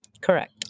Correct